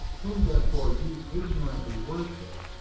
whom therefore ye ignorantly worship,